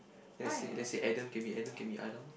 let's say let's say Adam can be Adam can be Adam